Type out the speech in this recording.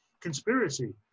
conspiracy